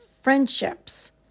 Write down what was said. friendships